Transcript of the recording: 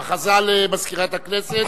הודעה למזכירת הכנסת,